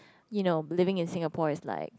you know living in Singapore is like